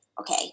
Okay